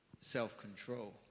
self-control